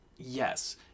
Yes